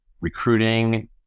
recruiting